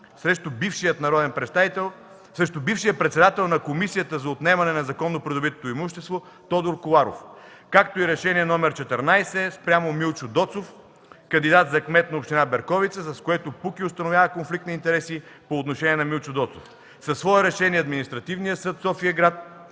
срещу бившия председател на Комисията за отнемане на незаконно придобито имущество Тодор Коларов, както и Решение № 14 спрямо Милчо Доцов – кандидат за кмет на община Берковица, с което КПУКИ установява конфликт на интереси по отношение на Милчо Доцов. Със свое решение Административният съд София-град